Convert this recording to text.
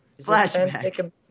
Flashback